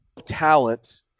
Talent